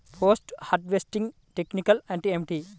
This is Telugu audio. పోస్ట్ హార్వెస్టింగ్ టెక్నిక్ అంటే ఏమిటీ?